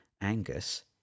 Angus